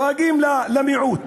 דואגים למיעוט.